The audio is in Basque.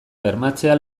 bermatzea